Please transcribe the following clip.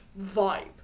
Vibe